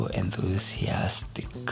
enthusiastic